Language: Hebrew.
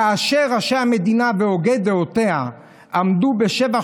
כאשר ראשי המדינה והוגי דעותיה עמדו בשבח